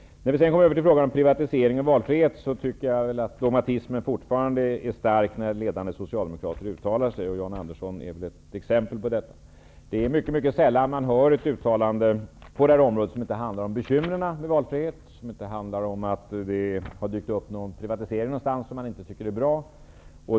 Jag tycker fortfarande att dogmatismen är stark när ledande socialdemokrater uttalar sig om privatisering och valfrihet. Jan Andersson utgör ett exempel på detta. Det är mycket sällan som man hör ett uttalande på detta område som inte handlar om bekymren med valfrihet och som inte handlar om att det har dykt upp någon privatisering någonstans som man inte tycker är bra.